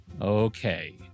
okay